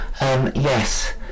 Yes